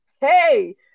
Hey